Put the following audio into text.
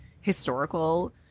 historical